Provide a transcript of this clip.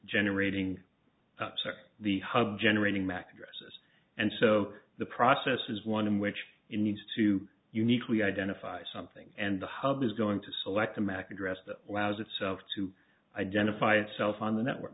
generating the hub generating mac addresses and so the process is one in which it needs to uniquely identify something and the hub is going to select a mac address that allows itself to identify itself on the network